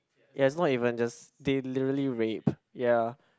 ya it's not even just they literally rape ya